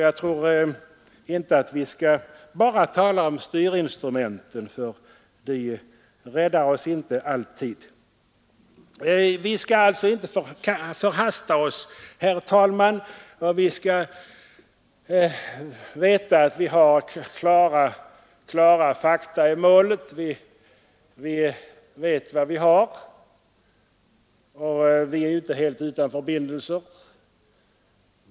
Jag tror inte att vi bara skall tala om styrinstrumenten. Enbart dessa räddar oss inte. Vi skall alltså inte förhasta oss, herr talman. Vi skall veta att vi har klara fakta i målet. Vi vet vad vi har. Vi är inte för närvarande helt utan förbindelser med Danmark.